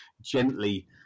gently